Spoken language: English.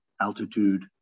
altitude